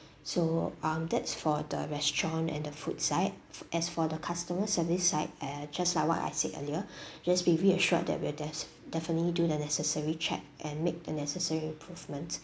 so um that's for the restaurant and the food side as for the customer service side eh just like what I said earlier just be reassured that we're def~ definitely do the necessary check and make the necessary improvements